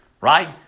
right